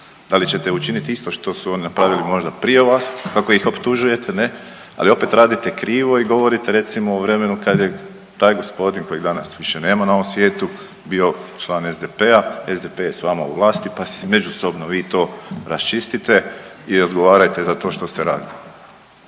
Da li ćete učiniti isto što su oni napravili možda prije vas kako ih optužujete ne? Ali opet radite krivo i govorite recimo o vremenu kad je taj gospodin kojeg danas više nema na ovom svijetu bio član SDP-a. SDP je sa vama u vlasti pa si međusobno vi to raščistite i odgovarajte za to što ste radili.